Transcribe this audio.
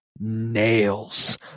nails